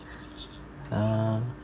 uh